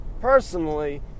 personally